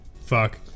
Fuck